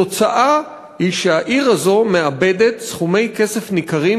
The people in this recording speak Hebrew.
התוצאה היא שהעיר הזאת מאבדת סכומי כסף ניכרים